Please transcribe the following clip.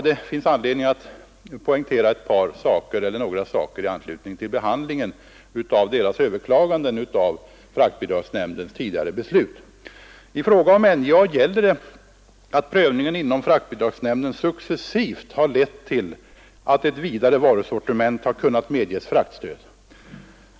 Det finns anledning att poängtera några saker i anslutning till behandlingen av deras överklaganden av fraktbidragsnämndens tidigare beslut. I fråga om NJA gäller det att prövningen inom fraktbidragsnämnden successivt lett till att ett vidare varusortiment kunnat medges fraktstöd.